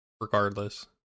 regardless